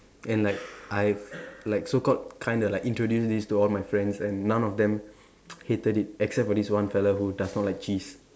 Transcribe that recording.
and like I like so called kind of like introduce this to all my friends and none of them hated it except for this one fellow who does not like cheese